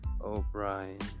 O'Brien